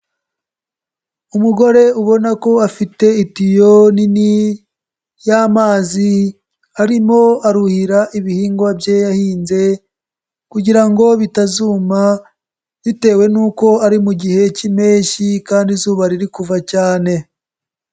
Umugore ubona ko afite itiyo nini y'amazi arimo aruhira ibihingwa bye yahinze kugira ngo bitazuma, bitewe n'uko ari mu gihe cy'impeshyi kandi izuba riri kuva cyane.